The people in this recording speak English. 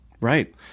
right